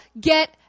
get